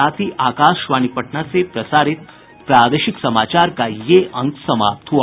इसके साथ ही आकाशवाणी पटना से प्रसारित प्रादेशिक समाचार का ये अंक समाप्त हुआ